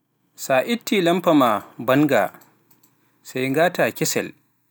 Sa a ittii lampa maa baannga sey ngaataa kesel